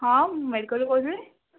ହଁ ମୁଁ ମେଡ଼ିକାଲରୁ କହୁଥିଲି